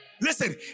Listen